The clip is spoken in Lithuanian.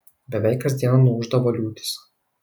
beveik kas dieną nuūždavo liūtys